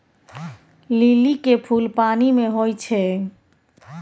लिली के फुल पानि मे होई छै